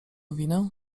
winę